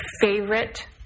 favorite